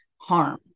harm